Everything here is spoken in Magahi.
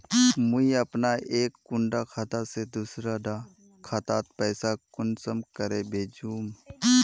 मुई अपना एक कुंडा खाता से दूसरा डा खातात पैसा कुंसम करे भेजुम?